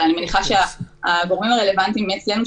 אבל אני מניחה שהגורמים הרלוונטיים אצלנו,